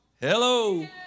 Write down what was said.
Hello